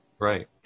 Right